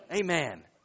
amen